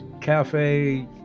Cafe